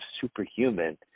superhuman